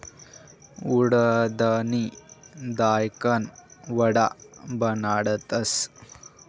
उडिदनी दायकन वडा बनाडतस